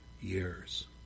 years